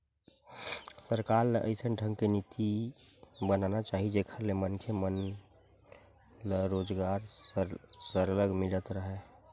सरकार ल अइसन ढंग के नीति बनाना चाही जेखर ले मनखे मन मन ल रोजगार सरलग मिलत राहय